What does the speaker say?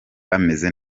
bameze